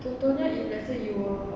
katanya if say let's say you were